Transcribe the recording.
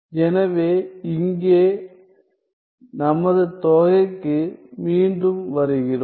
எனவே இங்கே நமது தொகைக்கு மீண்டும் வருகிறோம்